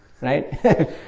right